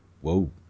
Whoa